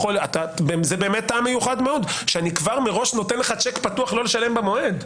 זה באמת טעם מיוחד מאוד שאני כבר מראש נותן לך צ'ק פתוח לא לשלם במועד.